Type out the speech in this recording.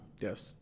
Yes